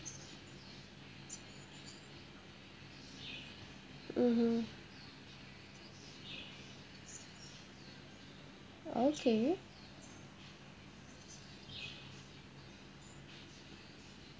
mmhmm okay